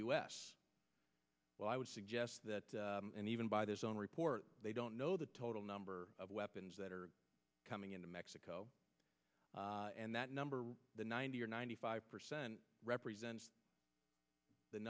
us well i would suggest that and even by their own report they don't know the total number of weapons that are coming into mexico and that number or the ninety or ninety five percent represents the